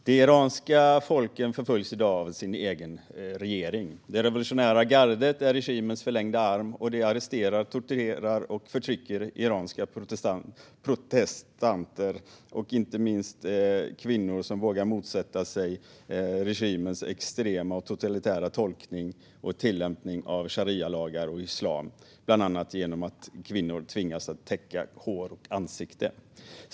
Herr talman! De iranska folken förföljs i dag av sin egen regering. Det revolutionära gardet är regimens förlängda arm, och de arresterar, torterar och förtrycker iranska demonstranter - inte minst kvinnor - som vågar motsätta sig regimens extrema och totalitära tolkning och tillämpning av sharialagar och islam, bland annat genom att kvinnor tvingas täcka hår och ansikte.